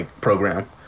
program